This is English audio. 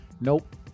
nope